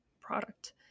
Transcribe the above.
product